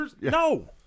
No